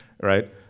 right